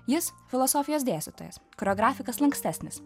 jis filosofijos dėstytojas kurio grafikas lankstesnis